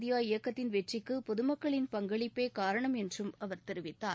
India இயக்கத்தின் வெற்றிக்கு பொதுமக்களின் பங்களிப்பே காரணம் என்றும் துாய்மை அவர் தெரிவித்தார்